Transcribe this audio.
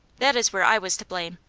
that is where i was to blame.